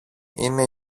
είναι